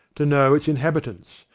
to know its inhabitants,